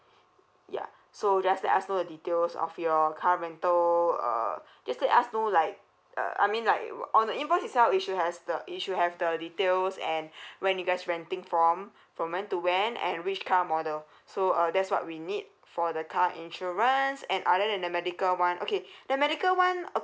yeah so just let us know the details of your car rental uh just let us know like uh I mean like it will on the invoice itself it should has the it it should have the details and when you guys renting from from when to when and which car model so uh that's what we need for the car insurance and other than the medical one okay the medical one